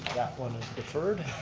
one is deferred.